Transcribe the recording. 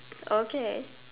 okay